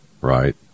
Right